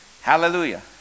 Hallelujah